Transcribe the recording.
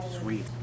Sweet